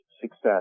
success